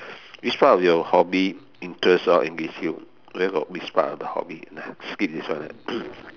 which part of your hobby interests or engage you where got which part of the hobby lah skip this one lah